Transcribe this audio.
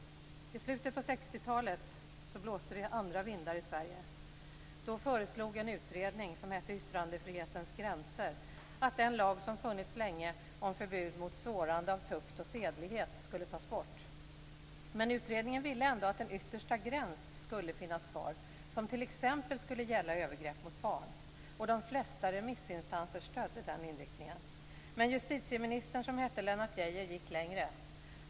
I slutet på 60-talet blåste andra vindar i Sverige. Då föreslog en utredning som hette Yttrandefrihetens gränser att den lag som funnits länge om förbud mot sårande av tukt och sedlighet skulle tas bort. Men utredningen ville ändå att en yttersta gräns skulle finnas kvar, som t.ex. skulle gälla övergrepp mot barn. De flesta remissinstanser stödde den inriktningen. Men justitieministern, som hette Lennart Geijer, gick längre.